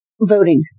voting